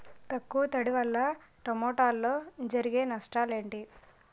తక్కువ తడి వల్ల టమోటాలో జరిగే నష్టాలేంటి?